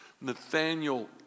Nathaniel